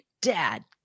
Dad